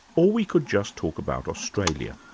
or we could just talk about australia.